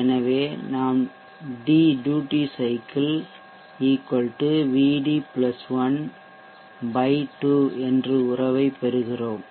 எனவே நாம் d duty cycle Vd 1 2 என்ற உறவைப் பெறுகிறோம்